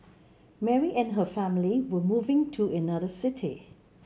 Mary and her family were moving to another city